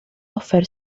offer